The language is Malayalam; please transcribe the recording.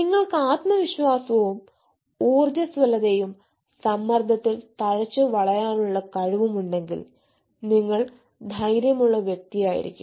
നിങ്ങൾക്ക് ആത്മവിശ്വാസവും ഊർജ്ജസ്വലതയും സമ്മർദ്ദത്തിൽ തഴച്ചുവളരാനുള്ള കഴിവും ഉണ്ടെങ്കിൽ നിങ്ങൾ ധൈര്യമുള്ള വ്യക്തിയായിരിക്കും